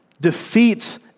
defeats